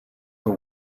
but